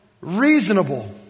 reasonable